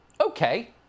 Okay